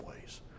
ways